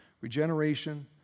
regeneration